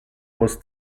was